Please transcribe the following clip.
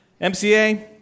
MCA